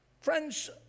Friends